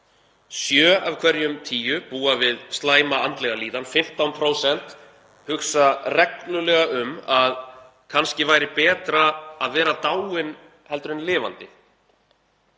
Sjö af hverjum tíu búa við slæma andlega líðan, 15% hugsa reglulega um að kannski væri betra að vera dáinn heldur en lifandi.